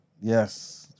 Yes